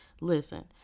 listen